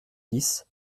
dix